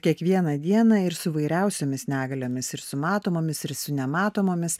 kiekvieną dieną ir su įvairiausiomis negaliomis ir su matomomis ir su nematomomis